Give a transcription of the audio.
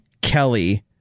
Kelly